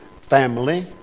family